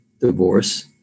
divorce